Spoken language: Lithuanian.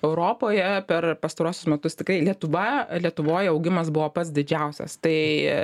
europoje per pastaruosius metus tikrai lietuva lietuvoj augimas buvo pats didžiausias tai